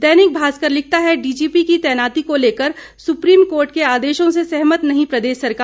दैनिक भास्कर लिखता है डीजीपी की तैनाती को लेकर सुप्रीम कोर्ट के आदेशों से सहमत नहीं प्रदेश सरकार